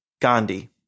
Gandhi